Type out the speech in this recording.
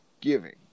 giving